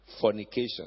fornication